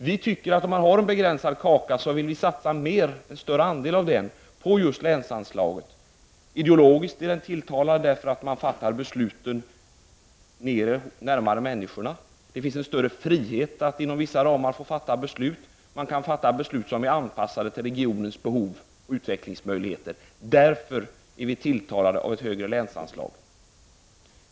Vi tycker att om man har en begränsad kaka bör man satsa större andel av den på just länsanslaget. Ideologiskt är det tilltalande eftersom man därigenom fattar besluten närmare människorna. Det finns större frihet att inom vissa ramar fatta beslut, och man kan fatta beslut som är anpassade till regionens behov och utvecklingsmöjligheter. Därför är vi tilltalade av ett högre länsanslag.